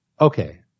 Okay